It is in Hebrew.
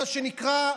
מה שנקרא,